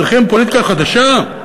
צריכים פוליטיקה חדשה.